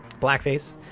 blackface